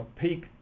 peak